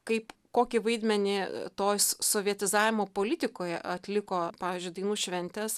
kaip kokį vaidmenį tos sovietizavimo politikoje atliko pavyzdžiui dainų šventės